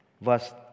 Verse